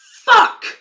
fuck